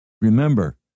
Remember